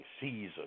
season